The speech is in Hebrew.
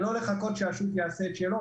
ולא לחכות שהשוק יעשה את שלו,